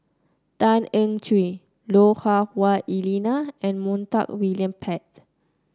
Tan Eng Joo Lui Hah Wah Elena and Montague William Pett